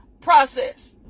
process